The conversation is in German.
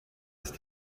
ist